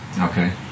Okay